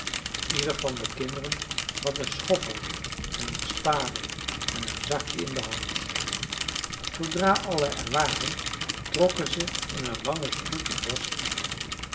ieder van de kinderen had een schoffel en een spade en een zakje in de hand zoodra alle er waren trokken ze in een langen stoet het bosch in